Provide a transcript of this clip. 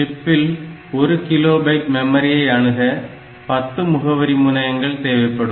சிப்பில் உள்ள ஒரு கிலோ பைட் மெமரியை அணுக 10 முகவரி முனையங்கள் தேவைப்படும்